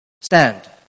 Stand